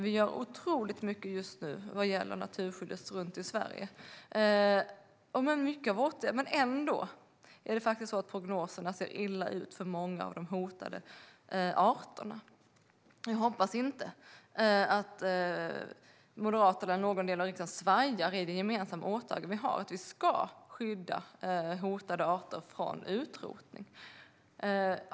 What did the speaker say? Vi gör otroligt mycket just nu vad gäller naturskyddet runt om i Sverige, men ändå ser prognoserna illa ut för många av de hotade arterna. Jag hoppas att Moderaterna eller någon del av riksdagen inte svajar i det gemensamma åtagande vi har när det gäller att vi ska skydda hotade arter från utrotning.